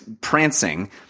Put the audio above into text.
prancing